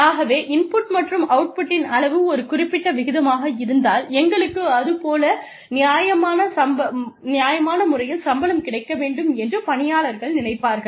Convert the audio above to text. ஆகவே இன்புட் மற்றும் அவுட்புட்டின் அளவு ஒரு குறிப்பிட்ட விகிதமாக இருந்தால் எங்களுக்கு அது போலே நியாயமான முறையில் சம்பளம் கிடைக்கவேண்டும் என்று பணியாளர்கள் நினைப்பார்கள்